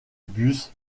bus